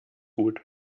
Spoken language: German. gut